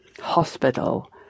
hospital